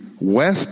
west